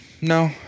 No